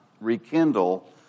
rekindle